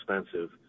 expensive